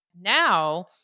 now